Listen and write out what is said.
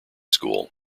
school